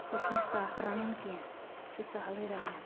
سُہ چُھنہٕ سَخ رَنُن کیٚنٛہہ یہِ چھُ سَہلٕے رَنُن